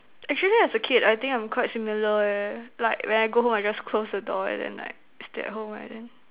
actually as a kid I think I'm quite similar eh like when I go home I just close the door and then like stay at home and then